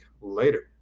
Later